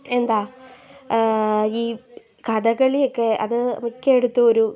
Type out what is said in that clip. എന്താ ഈ കഥകളിയൊക്കെ അത് മിക്ക എടുത്ത് ഒരു